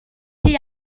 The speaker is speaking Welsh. rhy